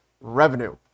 revenue